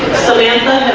samantha